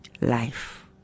life